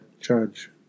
judge